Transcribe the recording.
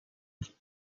mae